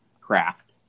craft